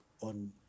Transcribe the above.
on